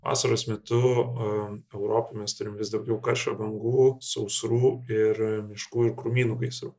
vasaros metu europoj mes turime vis daugiau karščio bangų sausrų ir miškų ir krūmynų gaisrų